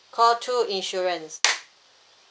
call two insurance